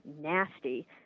nasty